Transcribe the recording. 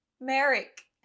Merrick